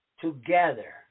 together